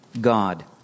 God